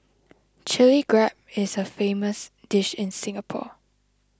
Chilli Crab is a famous dish in Singapore